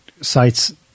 sites